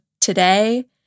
today